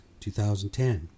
2010